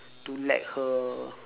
to let her